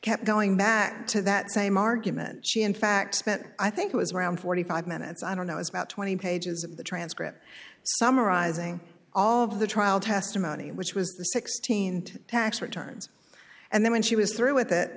kept going back to that same argument she in fact spent i think it was around forty five minutes i don't know it's about twenty pages of the transcript summarizing all of the trial testimony which was sixteen tax returns and then when she was through with